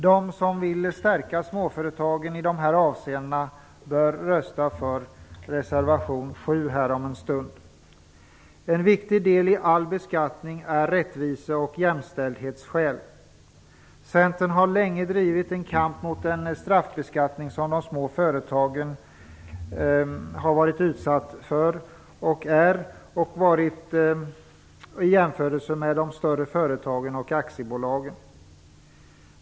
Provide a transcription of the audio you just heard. De som vill stärka småföretagen i dessa avseenden bör rösta för reservation 7 om en stund. En viktig del i all beskattning är rättvise och jämställdhetsskälen. Centern har länge drivit en kamp mot den straffbeskattning som de små företagen har varit och är utsatta för i jämförelse med de större företagen och aktiebolagen.